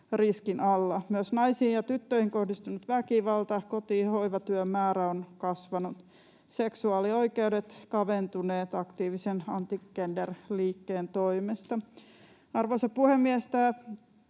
riskin alla. Myös naisiin ja tyttöihin kohdistunut väkivalta ja koti‑ ja hoivatyön määrä ovat kasvaneet ja seksuaalioikeudet kaventuneet aktiivisen anti-gender-liikkeen toimesta. Arvoisa puhemies!